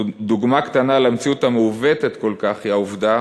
דוגמה קטנה למציאות המעוותת כל כך היא העובדה